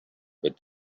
had